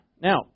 Now